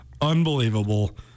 Unbelievable